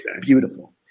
Beautiful